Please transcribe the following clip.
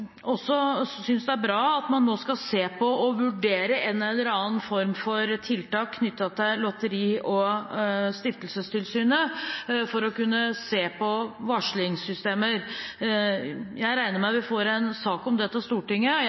synes det er bra at man nå skal se på og vurdere en eller annen form for tiltak knyttet til Lotteri- og stiftelsestilsynet for å kunne se på varslingssystemer. Jeg regner med at vi får en sak om dette til Stortinget.